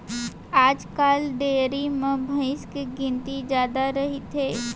आजकाल डेयरी म भईंस के गिनती जादा रइथे